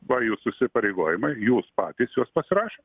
va jūsų įsipareigojimai jūs patys juos pasirašę